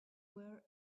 were